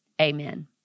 amen